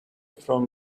from